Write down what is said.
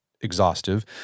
exhaustive